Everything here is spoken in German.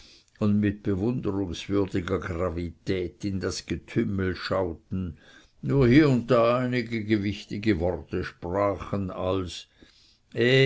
und mit bewunderungswürdiger gravität in das getümmel schauten nur hie und da einige gewichtige worte sprachen als